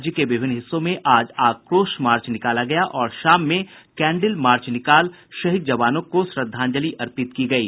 राज्य के विभिन्न हिस्सों में आज आक्रोश मार्च निकाला गया और शाम में कैंडिल मार्च निकाल शहीद जवानों को श्रद्धांजलि अर्पित की गयी